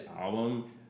album